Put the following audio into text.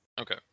Okay